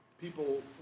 people